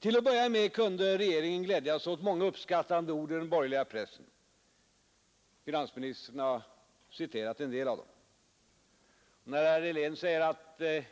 Till en början kunde regeringen glädjas åt många uppskattande ord i den borgerliga pressen; finansministern har citerat en del av dem. När herr Helén säger att vi